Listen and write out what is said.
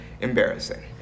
embarrassing